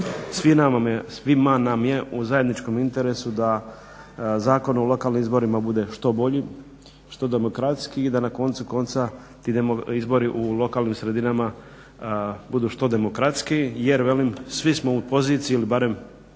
Svima nam je u zajedničkom interesu da Zakon o lokalnim izborima bude što bolji, što demokratskiji i da na koncu konca idemo izbori u lokalnim sredinama budu što demokratskiji. Jer velim, svi smo u poziciji ili barem